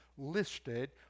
listed